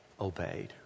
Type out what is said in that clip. obeyed